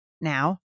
now